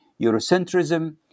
Eurocentrism